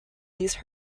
these